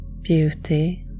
beauty